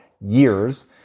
years